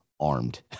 armed